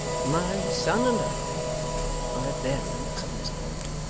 my son and i are at variance on this point.